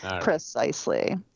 Precisely